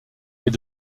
est